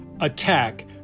attack